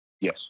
Yes